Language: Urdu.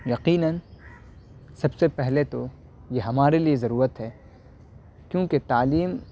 یقیناً سب سے پہلے تو یہ ہمارے لیے ضرورت ہے کیونکہ تعلیم